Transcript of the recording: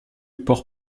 port